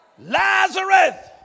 Lazarus